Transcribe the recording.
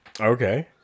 Okay